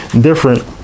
different